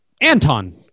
Anton